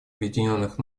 объединенных